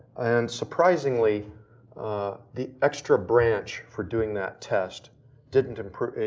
and surprisingly the extra branch for doing that test didn't improve,